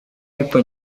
ariko